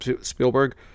Spielberg